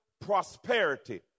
prosperity